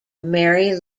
mary